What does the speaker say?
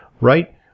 right